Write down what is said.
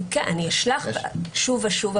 אני אשלח שוב ושוב,